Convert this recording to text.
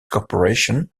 corporation